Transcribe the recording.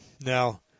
Now